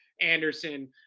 anderson